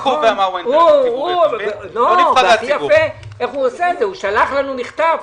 שלח לנו מכתב.